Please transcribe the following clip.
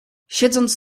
siedząc